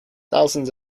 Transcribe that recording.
thousands